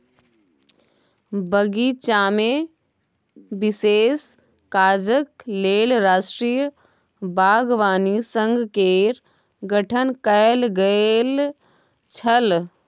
बगीचामे विशेष काजक लेल राष्ट्रीय बागवानी संघ केर गठन कैल गेल छल